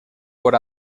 por